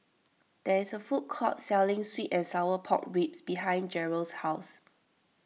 there is a food court selling Sweet and Sour Pork Ribs behind Jarrell's house